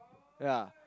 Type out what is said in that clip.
ya